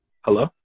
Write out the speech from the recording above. Hello